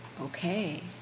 okay